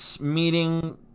meeting